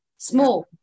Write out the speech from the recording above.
Small